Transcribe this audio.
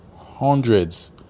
hundreds